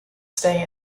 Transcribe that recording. stay